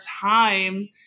time